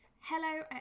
hello